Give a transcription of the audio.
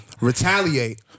Retaliate